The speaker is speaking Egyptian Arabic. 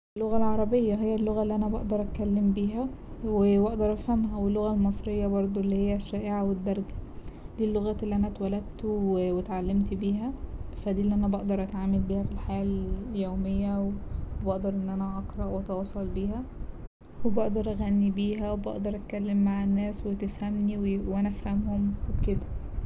اللغة العربية هي اللغة اللي أنا بقدر اتكلم بيها وأقدر أفهمها ولغة المصرية بردو اللي هي الشائعة أو الدارجه دي اللغات اللي أنا اتولدت واتعلمت بيها دي اللي أنا بقدر أتعامل بيها في الحياة اليومية وبقدر إن أنا اقرأ واتواصل بيها وبقدر أغني بيها وبقدر اتكلم مع الناس وتفهمني وأنا افهمهم وكده.